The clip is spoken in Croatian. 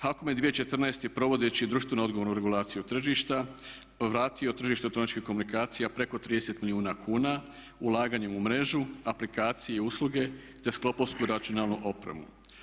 HAKOM je 2014. provodeći društveno-odgovornu regulaciju tržišta vratio tržište elektroničkih komunikacija preko 30 milijuna kuna ulaganjem u mrežu, aplikacije i usluge, te … računalnu opremu.